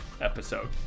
episode